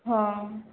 ହଁ